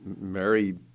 Mary